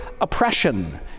oppression